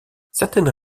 certaines